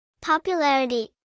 Popularity